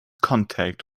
contact